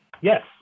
Yes